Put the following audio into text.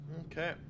Okay